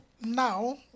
now